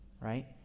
right